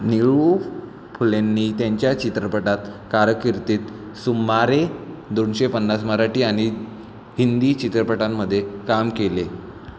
निळू फुलेंनी त्यांच्या चित्रपट कारकिर्दीत सुमारे दोनशे पन्नास मराठी आणि हिंदी चित्रपटांमध्ये काम केले